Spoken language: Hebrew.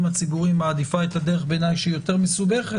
הציבוריים מעדיפה את הדרך שבעיניי היא יותר מסובכת.